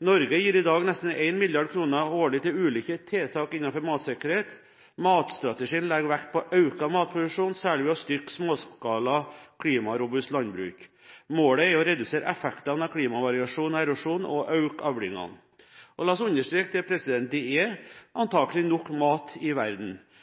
Norge gir i dag nesten 1 mrd. kr årlig til ulike tiltak innenfor matsikkerhet. Matstrategien legger vekt på økt matproduksjon, særlig ved å styrke klimarobust småskalalandbruk. Målet er å redusere effekten av klimavariasjon og erosjon og å øke avlingene. La oss understreke at det antakelig er nok mat i verden.